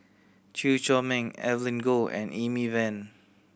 Chew Chor Meng Evelyn Goh and Amy Van